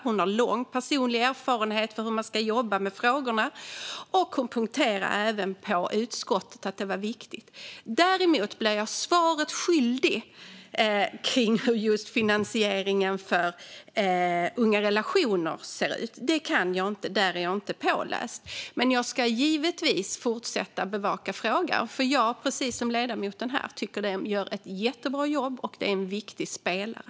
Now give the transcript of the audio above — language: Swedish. Hon har lång personlig erfarenhet av hur man ska jobba med dessa frågor, och hon poängterade även i utskottet att det är viktigt. Däremot blir jag svaret skyldig när det gäller hur finansieringen för Ungarelationer.se ser ut. Det kan jag inte. Det är jag inte påläst på. Men jag ska givetvis fortsätta att bevaka frågan, för jag tycker precis som ledamoten att de gör ett jättebra jobb och att de är en viktig spelare.